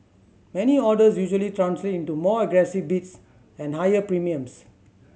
many orders usually translate into more aggressive bids and higher premiums